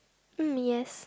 mm yes